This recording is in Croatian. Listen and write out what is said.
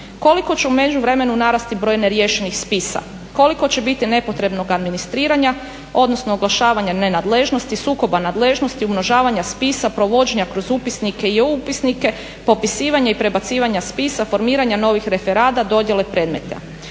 Koliko će u međuvremenu narasti broj neriješenih spisa, koliko će biti nepotrebnog administriranja, odnosno oglašavanja nenadležnosti, sukoba nadležnosti, umnožavanja spisa, provođenja kroz upisnike i u upisnike, popisivanje i prebacivanja spisa, formiranja novih referada, dodjele predmeta.